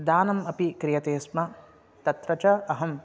दानम् अपि क्रियते स्म तत्र च अहम्